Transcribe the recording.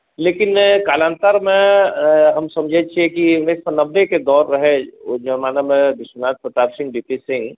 लेकिन कालान्तरमे हम समझैत छियै कि उन्नैस सए नब्बेक दौर रहै ओहि जमानामे विश्वनाथ प्रताप सिंह वी पी सिंह